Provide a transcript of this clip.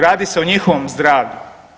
Radi se o njihovom zdravlju.